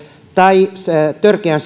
tai törkeän